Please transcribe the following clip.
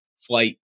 flight